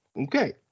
Okay